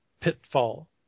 Pitfall